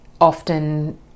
often